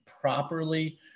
properly